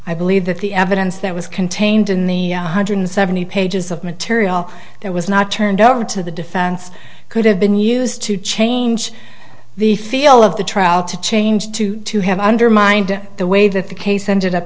i believe that the evidence that was contained in the one hundred seventy pages of material that was not turned over to the defense could have been used to change the feel of the trial to change to to have undermined the way that the case ended up